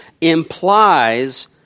implies